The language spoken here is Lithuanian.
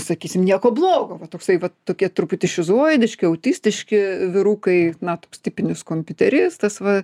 sakysim nieko blogo va toksai vat tokie truputį šizoidiški autistiški vyrukai na toks tipinis kompiuteristas va